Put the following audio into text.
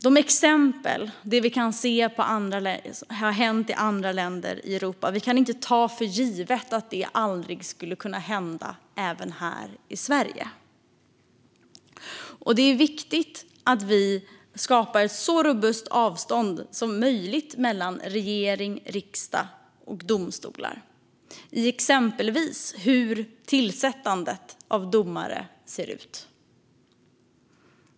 Vi kan aldrig ta för givet att det som har hänt i andra länder i Europa aldrig kan hända här i Sverige. Det är viktigt att vi skapar ett så robust avstånd som möjligt mellan regering, riksdag och domstolar, exempelvis när det gäller hur tillsättandet av domare ser ut.